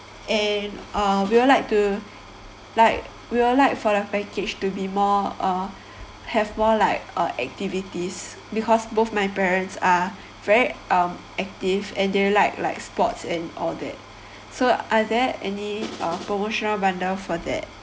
and uh we'd like to like we will like for the package to be more uh have more like uh activities because both my parents are very um active and they will like like sports and all that so are there any uh promotional bundle for that